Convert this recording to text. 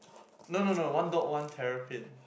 no no no one dog one terrapin